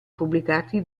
pubblicati